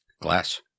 Glass